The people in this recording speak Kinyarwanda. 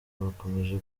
bakomeje